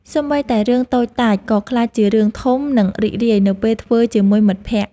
សូម្បីតែរឿងតូចតាច ក៏ក្លាយជារឿងធំ និងរីករាយនៅពេលធ្វើជាមួយមិត្តភក្តិ។